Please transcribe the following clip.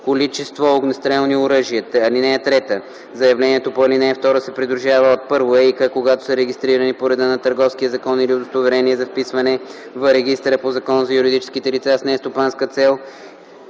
количество огнестрелни оръжия. (3) Заявлението по ал. 2 се придружава от: 1. ЕИК, когато са регистрирани по реда на Търговския закон, или удостоверение за вписване в регистъра по Закона за юридическите лица с нестопанска цел,